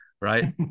right